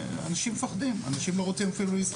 ואנשים מפחדים, אנשים אפילו לא רוצים להתראיין.